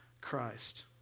Christ